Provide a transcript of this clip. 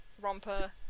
romper